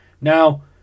Now